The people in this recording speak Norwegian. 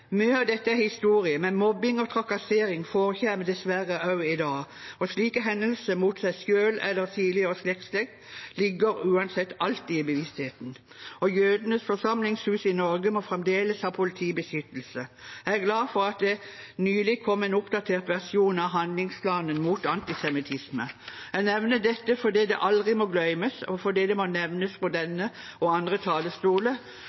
Mye av dette er historie, men mobbing og trakassering forekommer dessverre også i dag, og slike hendelser mot en selv eller tidligere slektsledd ligger uansett alltid i bevisstheten. Jødenes forsamlingshus i Norge må fremdeles ha politibeskyttelse. Jeg er glad for at det nylig kom en oppdatert versjon av handlingsplanen mot antisemittisme. Jeg nevner dette fordi det aldri må glemmes, og fordi det må nevnes